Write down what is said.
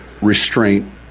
restraint